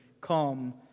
come